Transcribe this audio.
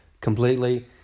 completely